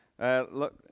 Look